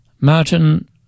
Martin